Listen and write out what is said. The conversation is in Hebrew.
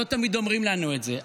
לא תמיד אומרים לנו את זה,